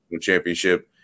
championship